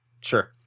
Sure